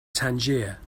tangier